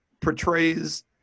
portrays